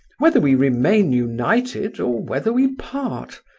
whether we remain united, or whether we part.